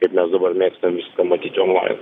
kaip mes dabar mėgstam viską matyti onlainu